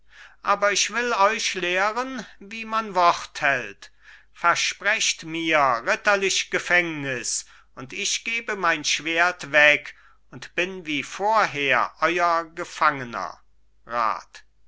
aber ich will euch lehren wie man wort hält versprecht mir ritterlich gefängnis und ich gebe mein schwert weg und bin wie vorher euer gefangener rat